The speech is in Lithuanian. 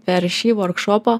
per šį vorkšopą